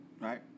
Right